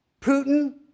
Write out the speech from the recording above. Putin